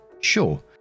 sure